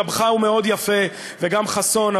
גבך הוא מאוד יפה וגם חסון,